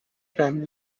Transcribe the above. primary